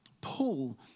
Paul